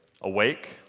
Awake